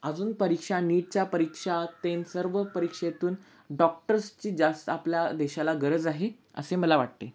अजून परीक्षा नीटच्या परीक्षा ते सर्व परीक्षेतून डॉक्टर्सची जास्त आपल्या देशाला गरज आहे असे मला वाटते